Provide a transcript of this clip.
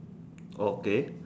okay